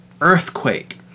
earthquake